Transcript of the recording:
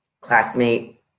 classmate